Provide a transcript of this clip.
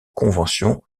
convention